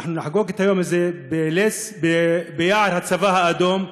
אנחנו נחגוג את היום הזה ביער הצבא האדום,